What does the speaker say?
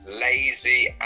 lazy